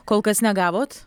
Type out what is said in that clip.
kol kas negavot